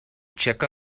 check